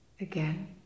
again